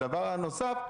הדבר הנוסף,